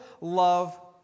love